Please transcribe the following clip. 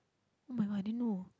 [oh]-my-god I didn't know